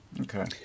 Okay